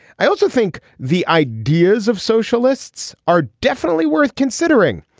i also think the ideas of socialists are definitely worth considering.